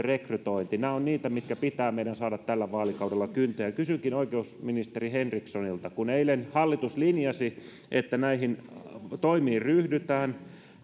rekrytointi ovat niitä mitkä pitää meidän saada tällä vaalikaudella kuntoon ja kysynkin oikeusministeri henrikssonilta kun eilen hallitus linjasi että näihin toimiin ryhdytään